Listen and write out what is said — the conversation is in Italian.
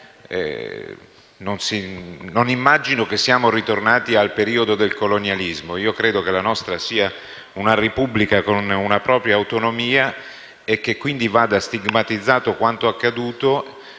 non immagino che siamo ritornati al periodo del colonialismo. Io credo che la nostra sia una Repubblica con una propria autonomia e che quindi vada stigmatizzato quanto accaduto